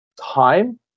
time